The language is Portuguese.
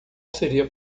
seria